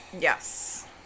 Yes